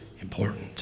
important